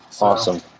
Awesome